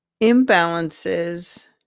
Imbalances